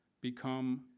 become